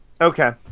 Okay